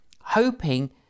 hoping